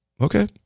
Okay